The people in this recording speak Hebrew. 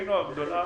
לשמחתנו הגדולה,